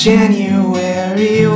January